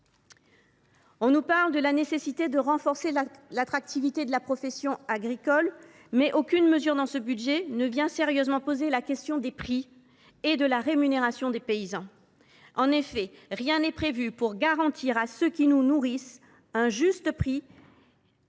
On nous parle de la nécessité de renforcer l’attractivité de la profession agricole, mais aucune mesure de ce budget ne met sérieusement en cause les modalités de fixation des prix et de rémunération des paysans. En effet, rien n’est prévu pour garantir à ceux qui nous nourrissent un prix